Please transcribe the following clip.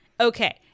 Okay